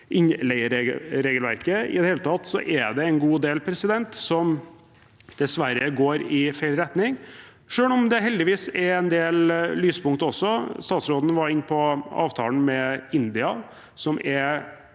innleieregelverket. I det hele tatt er det en god del som dessverre går i feil retning, selv om det heldigvis er en del lyspunkter også. Statsråden var inne på avtalen med India, som er